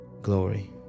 Glory